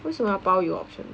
为什么要包邮 option